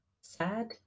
sad